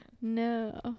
no